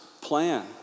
plan